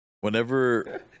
Whenever